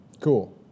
Cool